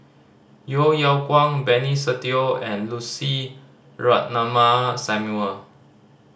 Yeo Yeow Kwang Benny Se Teo and Lucy Ratnammah Samuel